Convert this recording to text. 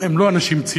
הם לא אנשים ציניים,